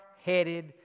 Headed